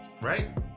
right